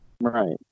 right